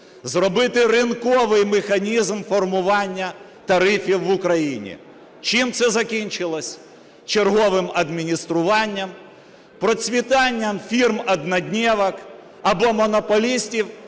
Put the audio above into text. зробити ринковий механізм формування тарифів в Україні. Чим це закінчилося? Черговим адмініструванням, процвітанням фірм-одноденок або монополістів,